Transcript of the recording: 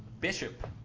Bishop